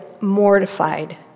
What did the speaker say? mortified